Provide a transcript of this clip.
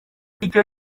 icyo